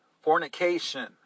fornication